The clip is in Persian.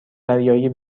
دریایی